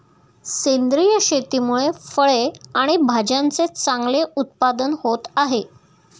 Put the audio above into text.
सेंद्रिय शेतीमुळे फळे आणि भाज्यांचे चांगले उत्पादन होत आहे